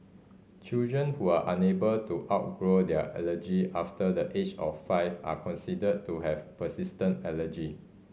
children who are unable to outgrow their allergy after the age of five are considered to have persistent allergy